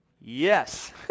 Yes